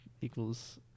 equals